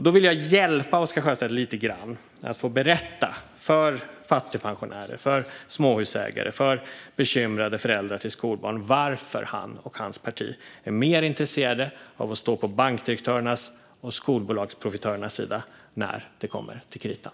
Då vill jag hjälpa Oscar Sjöstedt lite grann att få berätta för fattigpensionärer, småhusägare och bekymrade föräldrar till skolbarn varför han och hans parti är mer intresserade av att stå på bankdirektörernas och skolbolagsprofitörernas sida när det kommer till kritan.